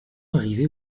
arrivait